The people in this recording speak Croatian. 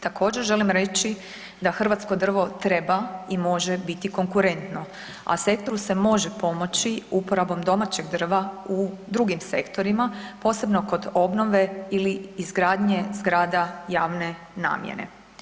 Također želim reći da hrvatsko drvo treba i može biti konkurentno, a sektoru se može pomoći uporabom domaćeg drva u drugim sektorima posebno kod obnove ili izgradnje zgrada javne namjene.